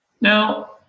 Now